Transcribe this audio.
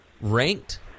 ranked